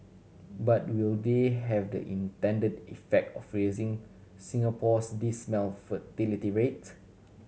but will they have the intended effect of raising Singapore's dismal fertility rate